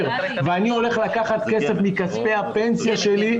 ואני הולך לקחת כסף מכספי הפנסיה שלי,